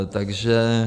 Takže